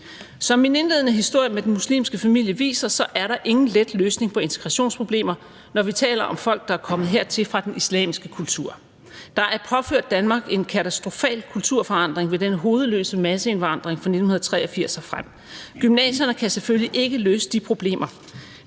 Som min indledende historie med den muslimske familier viser, er der ingen let løsning på integrationsproblemer, når vi taler om folk, der er kommet hertil fra den islamiske kultur. Der er påført Danmark en katastrofal kulturforandring ved den hovedløse masseindvandring fra 1983 og frem. Gymnasierne kan selvfølgelig ikke løse de problemer.